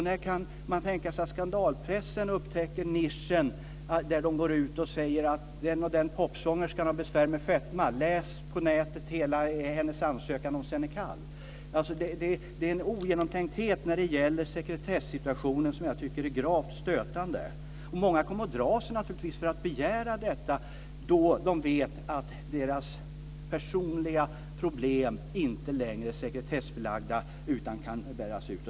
Frågan är när skandalpressen upptäcker nischen och går ut och säger att den-och-den popsångerskan har besvär med fetma - läs hela hennes ansökan om Xenical på nätet. Det här är ogenomtänkt när det gäller sekretessituationen på ett sätt som jag tycker är gravt stötande. Många kommer naturligtvis att dra sig för att begära detta då de vet att deras personliga problem inte längre är sekretessbelagda utan kan lämnas ut.